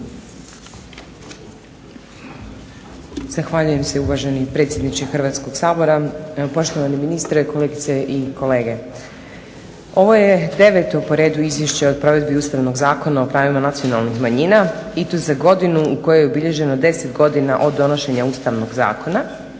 Zahvaljujem se uvaženi predsjedniče Hrvatskog sabora, evo poštovani ministre, kolegice i kolege. Ovo je deveto po redu izvješće o provedbi Ustavnog zakona o pravima nacionalnih manjina i to za godinu u kojoj je obilježeno deset godina od donošenja Ustavnog zakona